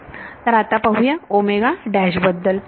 तर आता पाहूया बद्दल